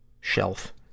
shelf